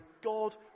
God